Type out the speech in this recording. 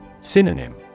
Synonym